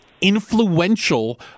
influential